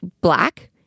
black